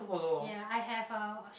ya I have a